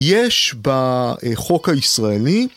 יש בחוק הישראלי